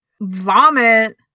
Vomit